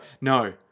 No